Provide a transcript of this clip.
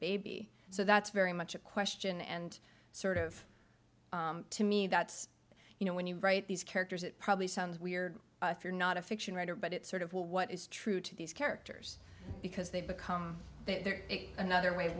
baby so that's very much a question and sort of to me that you know when you write these characters it probably sounds weird if you're not a fiction writer but it's sort of well what is true to these characters because they've become another way